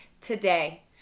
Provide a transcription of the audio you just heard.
today